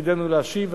ותפקידנו להשיב.